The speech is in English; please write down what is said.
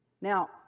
Now